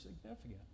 significant